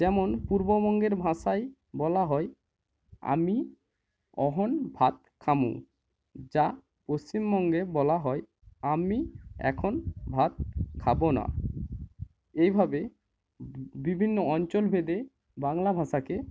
যেমন পূর্ববঙ্গের ভাষায় বলা হয় আমি অহন ভাত খামু যা পশ্চিমবঙ্গে বলা হয় আমি এখন ভাত খাবো না এইভাবে বিভিন্ন অঞ্চলভেদে বাংলা ভাষাকে